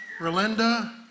Relinda